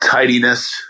tidiness